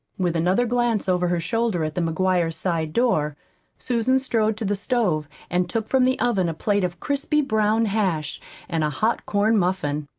with another glance over her shoulder at the mcguire side door susan strode to the stove and took from the oven a plate of crisply browned hash and a hot corn muffin.